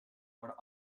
worden